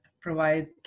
provide